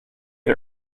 had